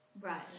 Right